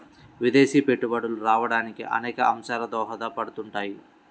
విదేశీ పెట్టుబడులు రావడానికి అనేక అంశాలు దోహదపడుతుంటాయి